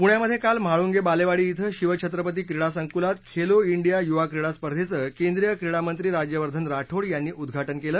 पुण्यामध्ये काल म्हाळुंगे बालेवाडी इथं शिव छत्रपती क्रीडा संकुलात खेलो इंडिया युवा क्रीडा स्पर्धेचं केंद्रीय क्रीडामंत्री राज्यवर्धन राठोड यांनी उद्घाटन केलं